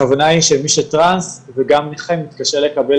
הכוונה היא שמי שטראנס וגם נכה מתקשה לקבל